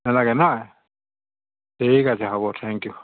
নালাগে নহয় ঠিক আছে হ'ব থেংক ইউ